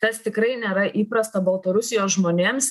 tas tikrai nėra įprasta baltarusijos žmonėms